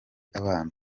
abana